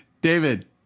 David